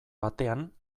batean